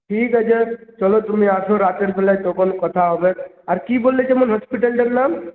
ঠিক আছে আজ চলো তুমি আসো রাতের বেলায় তখন কথা হবেক আর কী বললে যেন হাসপিটালটার নাম